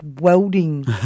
welding